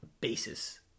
basis